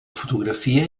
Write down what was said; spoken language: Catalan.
fotografia